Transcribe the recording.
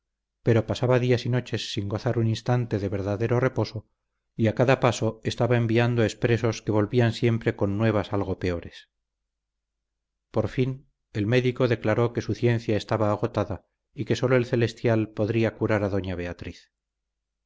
pero pasaba días y noches sin gozar un instante de verdadero reposo y a cada paso estaba enviando expresos que volvían siempre con nuevas algo peores por fin el médico declaró que su ciencia estaba agotada y que sólo el celestial podría curar a doña beatriz